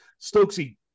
Stokesy